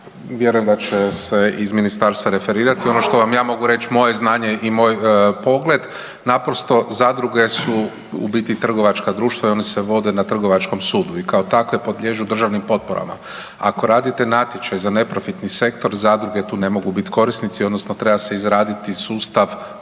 vjerujem da će se iz ministarstva referirati. Ono što vam ja mogu reć, moje znanje i moj pogled, naprosto zadruge su u biti trgovačka društva i one se vode na trgovačkom sudu i kao takve podliježu državnim potporama. Ako radite natječaj za neprofitni sektor, zadruge tu ne mogu bit korisnici odnosno treba se izraditi sustav